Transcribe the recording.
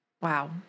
Wow